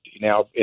now